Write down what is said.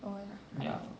oh ya I heard